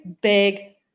big